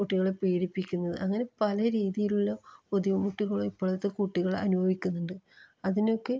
കുട്ടികളെ പീഡിപ്പിക്കുന്നത് അങ്ങനെ പല രീതിയിലുള്ള ബുദ്ധിമുട്ടുകൾ ഇപ്പോഴത്തെ കുട്ടികൾ അനുഭവിക്കുന്നുണ്ട് അതിനൊക്കെ